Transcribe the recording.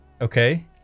okay